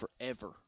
forever